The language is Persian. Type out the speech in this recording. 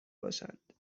باشند